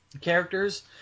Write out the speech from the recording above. characters